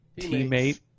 teammate